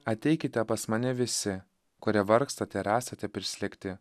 ateikite pas mane visi kurie vargstat ar esate prislėgti